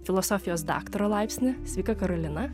filosofijos daktaro laipsnį sveika karolina